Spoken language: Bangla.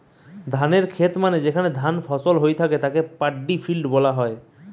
ধানের খেত মানে যেখানে ধান ফসল হই থাকে তাকে পাড্ডি ফিল্ড বলতিছে